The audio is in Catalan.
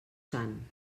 sant